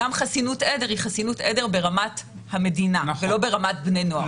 גם חסינות עדר היא חסינות עדר ברמת המדינה ולא ברמת בני נוער.